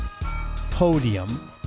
podium